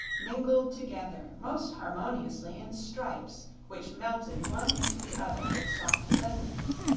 mingled together most harmoniously in stripes which melted one into the other with soft blendings.